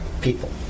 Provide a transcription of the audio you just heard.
people